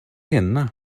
henne